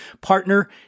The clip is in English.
partner